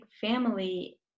family